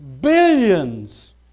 Billions